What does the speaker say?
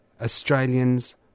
Australians